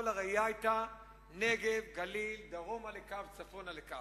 כל הראייה היתה נגב, גליל, דרומה לקו, צפונה לקו.